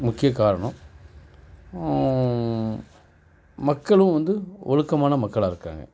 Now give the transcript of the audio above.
முக்கிய காரணம் மக்களும் வந்து ஒழுக்கமான மக்களாக இருக்காங்க